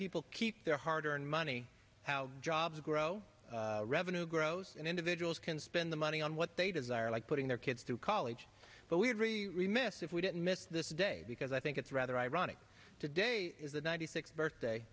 people keep their hard earned money how jobs grow revenue grows and individuals can spend the money on what they desire like putting their kids to college but we're very remiss if we didn't miss this day because i think it's rather ironic today is the ninety sixth birthday